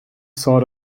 sort